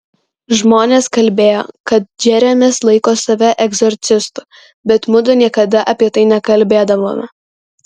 žmonės kalbėjo kad džeremis laiko save egzorcistu bet mudu niekada apie tai nekalbėdavome